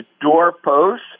doorposts